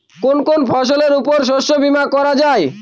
কোন কোন ফসলের উপর শস্য বীমা করা যায়?